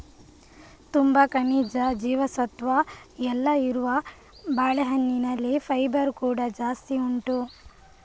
ತುಂಬಾ ಖನಿಜ, ಜೀವಸತ್ವ ಎಲ್ಲ ಇರುವ ಬಾಳೆಹಣ್ಣಿನಲ್ಲಿ ಫೈಬರ್ ಕೂಡಾ ಜಾಸ್ತಿ ಉಂಟು